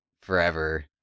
forever